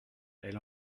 elle